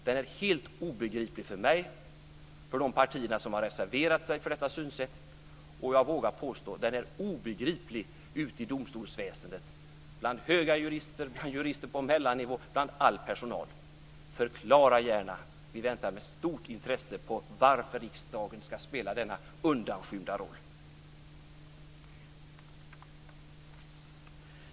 Den är obegriplig för mig, för de partier som har reserverat sig mot detta synsätt och, vågar jag påstå, ute i domstolsväsendet bland höga jurister, bland jurister på mellannivå och bland all personal. Förklara gärna! Vi väntar med stort intresse på att få veta varför riksdagen ska spela denna undanskymda roll.